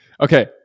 Okay